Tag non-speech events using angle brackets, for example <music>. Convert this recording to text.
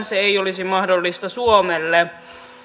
<unintelligible> se ei olisi mahdollista suomelle